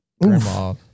grandma